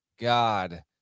god